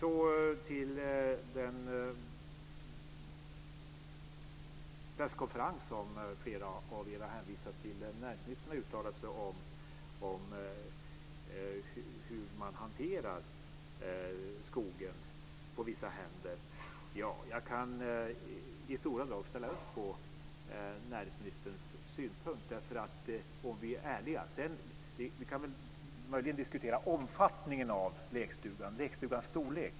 Så till frågan om den presskonferens som flera av er har hänvisat till. Näringsministern har uttalat sig om hur vissa hanterar skogen. Jag kan i stora drag ställa upp på näringsministerns synpunkt. Vi kan möjligen diskutera omfattningen av lekstugan - lekstugans storlek.